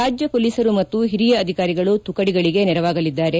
ರಾಜ್ಯ ಮೊಲೀಸರು ಮತ್ತು ಹಿರಿಯ ಅಧಿಕಾರಿಗಳು ಶುಕಡಿಗಳಿಗೆ ನೆರವಾಗಲಿದ್ದಾರೆ